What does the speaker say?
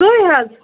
کٔہۍ حظ